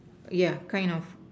ya kind of